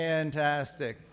Fantastic